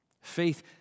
Faith